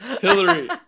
Hillary